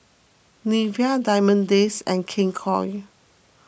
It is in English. Nivea Diamond Days and King Koil